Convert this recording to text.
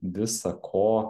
visa ko